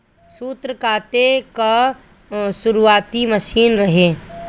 सूत काते कअ शुरुआती मशीन रहे